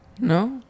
No